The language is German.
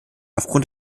aufgrund